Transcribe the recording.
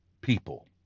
people